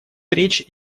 речь